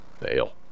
fail